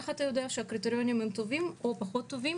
איך אתה יודע שהקריטריונים הם טובים או פחות טובים,